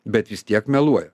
bet vis tiek meluoja